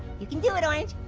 you can do it, orange.